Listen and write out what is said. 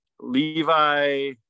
Levi